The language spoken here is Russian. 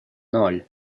ноль